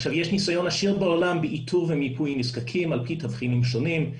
עכשיו יש ניסיון עשיר בעולם באיתור ומיפוי נזקקים על פי תבחינים שונים,